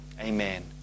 Amen